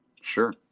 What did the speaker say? Sure